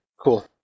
cool